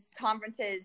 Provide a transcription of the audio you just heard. conferences